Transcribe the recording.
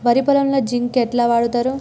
వరి పొలంలో జింక్ ఎట్లా వాడుతరు?